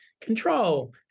control